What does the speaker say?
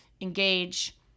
engage